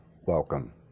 welcome